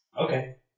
Okay